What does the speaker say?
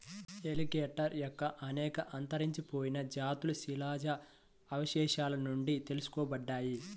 alligator యొక్క అనేక అంతరించిపోయిన జాతులు శిలాజ అవశేషాల నుండి తెలుసుకోబడ్డాయి